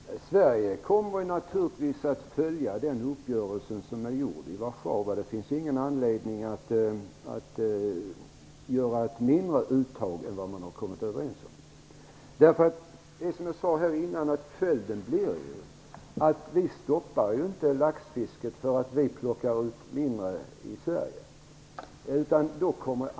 Herr talman! Sverige kommer naturligtvis att följa den uppgörelse som träffats i Warszawa. Det finns ingen anledning att göra ett mindre uttag än vad man har kommit överens om. Som jag sade tidigare stoppar vi inte laxfisket genom att göra mindre uttag i Sverige.